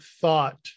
thought